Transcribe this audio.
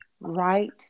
right